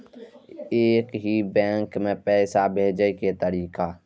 एक ही बैंक मे पैसा भेजे के तरीका?